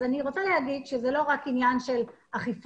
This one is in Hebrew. אני רוצה להגיד שזה לא רק עניין של אכיפה